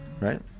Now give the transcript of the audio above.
Right